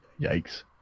Yikes